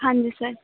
ਹਾਂਜੀ ਸਰ